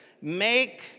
make